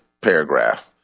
paragraph